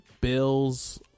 Bills